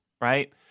right